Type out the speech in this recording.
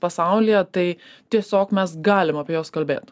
pasaulyje tai tiesiog mes galim apie juos kalbėt